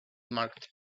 marked